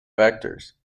factors